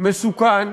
מסוכן,